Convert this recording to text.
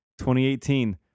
2018